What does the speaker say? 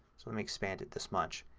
so let me expand it this much.